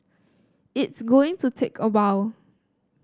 it's going to take a while